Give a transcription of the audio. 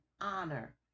honor